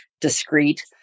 discrete